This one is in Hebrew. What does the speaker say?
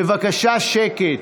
בבקשה שקט.